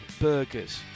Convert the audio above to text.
burgers